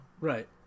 Right